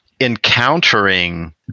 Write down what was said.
encountering